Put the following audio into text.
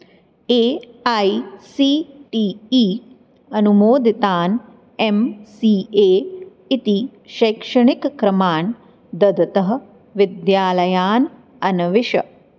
A I C T E अनुमोदितान् M C A इति शैक्षणिकक्रमान् ददतः विद्यालयान् अन्विष्य